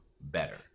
better